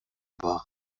باغ